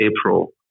April